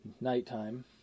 nighttime